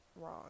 wrong